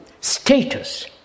status